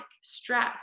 stress